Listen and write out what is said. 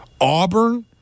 Auburn